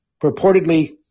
Purportedly